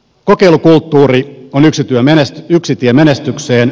kokeilukulttuuri on yksi tie menestykseen